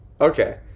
okay